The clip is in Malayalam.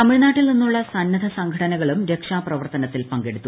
തമിഴ്നാട്ടിൽ നിന്നുള്ള സന്നദ്ധ സംഘടനകളും രക്ഷാപ്രവർത്തനത്തിൽ പങ്കെടുത്തു